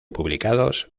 publicados